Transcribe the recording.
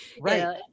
right